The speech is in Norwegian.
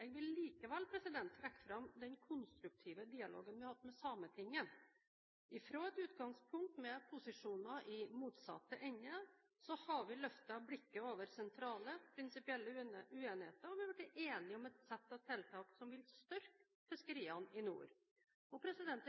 Jeg vil likevel trekke fram den konstruktive dialogen vi har hatt med Sametinget. Fra et utgangspunkt med posisjoner i motsatte ender har vi løftet blikket over sentrale, prinsipielle uenigheter og blitt enige om et sett av tiltak som vil styrke fiskeriene i nord. Jeg